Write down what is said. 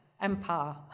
empire